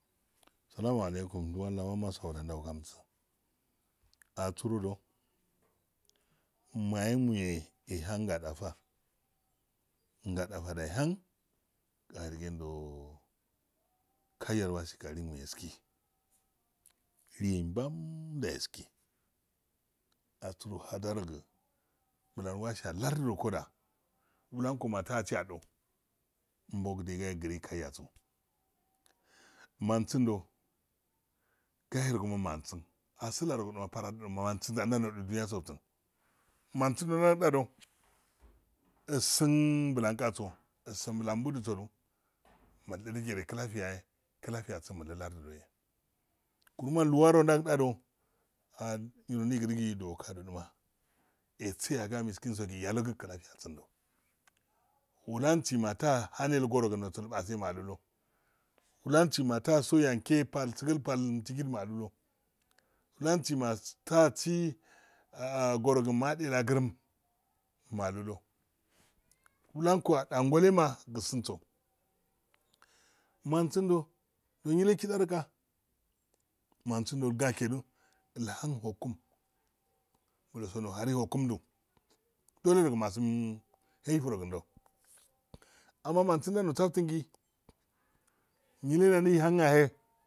Sallamu allaikum duwan lawan masauda ndau gamsi asiradu mainmuyo ehan gadafa ngadafa da ehan gu adigen do kayalwasi ga liyenmuyo eski liyen mbum da eski asirohadorogi blonda uwu si a lardirokoda ulankoda mata asi ado bougirigi kaiya so mansindo gahe rogo ma mansin arsilarogin mansiu do ndoo do irsin blan ga so insin blanduda sodu muldirigere klafirye klafiya sin mullu lardoye koruman iruwa ndaga nyiro ndigigii dokado dima esi aga miskinsodi iyalogo klafiyado ulansima tahane gorogin lolpase aludo ulansima tsayoyanke pal sigil pal nibigi ulunsima tasi gorogin mata ahanledo grim maludo ulanko adawole ma usinso masindo ndoyele kidaroqa mansin do ilgashedu ihanhokum bloso nohari hokumdo dolerogin masin heifurrogindo hakumbo belerogin masin herifurogindo amma mansinda nosafingi nyileda ndaihan yahe,